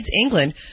England